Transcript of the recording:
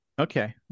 Okay